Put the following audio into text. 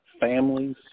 families